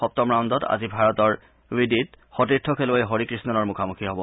সপ্তম ৰাউণ্ডত আজি ভাৰতৰ ৱিদিত সতীৰ্থ খেলুৱৈ হৰিকৃষ্ণৰ মুখামুখি হ'ব